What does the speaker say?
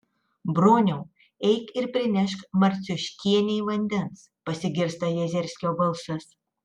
broniau eik ir prinešk marciuškienei vandens pasigirsta jazerskio balsas